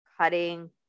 cutting